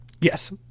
yes